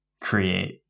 create